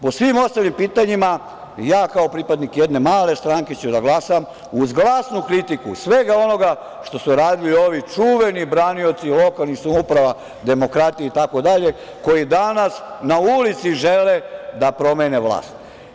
Po svim ostalim pitanjima, ja kao pripadnik jedne male stranke ću glasati uz glasnu kritiku svega onoga što su radili ovi čuveni branioci lokalnih samouprava, demokratije itd, koji danas na ulici žele da promene vlast.